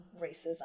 racism